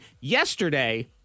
yesterday